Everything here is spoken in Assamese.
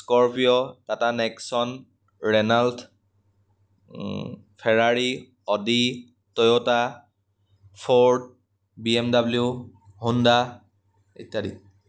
Scorpio Tata Nexon Renault Ferrari Audi Toyota Ford B M W Honda ইত্যাদি